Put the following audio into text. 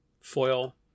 foil